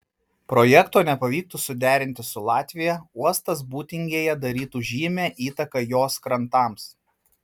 projekto nepavyktų suderinti su latvija uostas būtingėje darytų žymią įtaką jos krantams